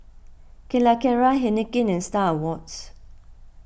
Calacara Heinekein and Star Awards